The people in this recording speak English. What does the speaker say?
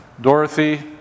Dorothy